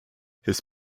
his